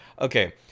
okay